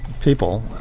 people